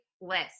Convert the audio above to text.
list